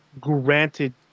granted